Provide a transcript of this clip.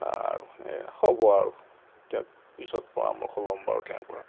বাৰু এই হ'ব আৰু এতিয়া পিছত পৰামৰ্শ লম বাৰু তেওঁৰপৰা